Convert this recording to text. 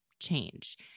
change